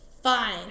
Fine